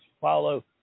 follow